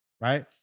Right